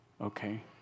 Okay